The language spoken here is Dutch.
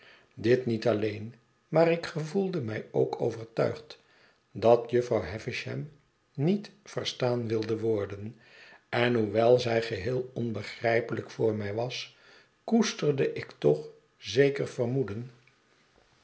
dit niet alleen maar ik gevoelde mij ook overtuigd dat jufvrouw havisham niet verstaan wilde worden en hoewel zij geheel onbegrijpelijk voor mij was koesterde ik toch zeker vermoeden